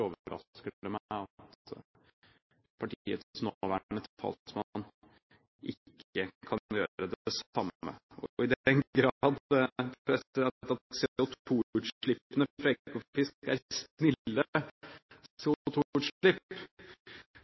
at partiets nåværende talsmann ikke kan gjøre det samme. I den grad CO2-utslippene fra Ekofisk er snille CO2-utslipp, er